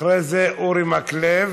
אחרי זה, אורי מקלב